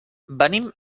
venim